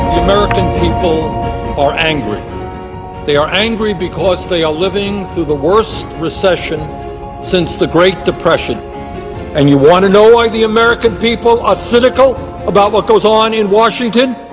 people are angry they are angry because they are living through the worst recession since the great depression and you want to know why the american people are cynical about what goes on in washington